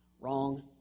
Wrong